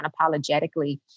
unapologetically